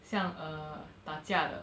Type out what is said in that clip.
像 err 打架的